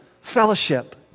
fellowship